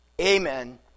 Amen